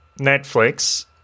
Netflix